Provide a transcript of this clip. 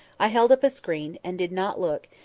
i held up a screen, and did not look,